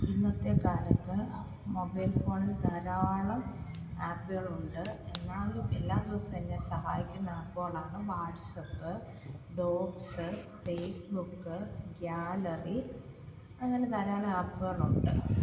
ഇന്നത്തെക്കാലത്ത് മൊബൈല് ഫോണില് ധാരാളം ആപ്പികളുണ്ട് എന്നാലും എല്ലാ ദിവസവും എന്നെ സഹായിക്കുന്ന ആപ്പ്കളാണ് വാട്ട്സപ്പ് ഡോക്സ് ഫേസ്ബുക്ക് ഗ്യാലറി അങ്ങനെ ധാരാളം അപ്പ്കളുണ്ട്